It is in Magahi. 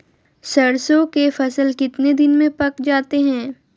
सरसों के फसल कितने दिन में पक जाते है?